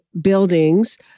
buildings